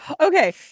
Okay